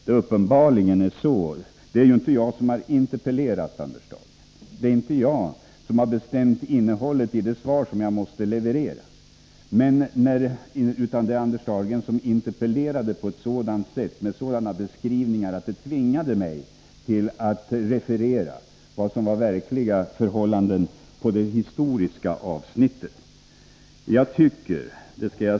Det är inte jag som har interpellerat, Anders Dahlgren, det är inte jag som har bestämt innehållet i det svar som jag måste leverera. Det är Anders Dahlgren som i sin interpellation hade sådana beskrivningar att jag tvingades referera de verkliga historiska förhållandena.